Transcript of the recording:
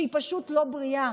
שהיא פשוט לא בריאה.